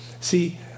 See